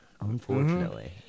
Unfortunately